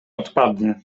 odpadnie